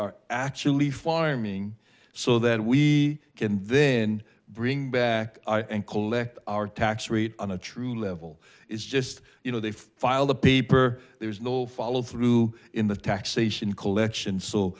are actually farming so that we can then bring back and collect our tax rate on a true level it's just you know they file the paper there's no follow through in the taxation collection so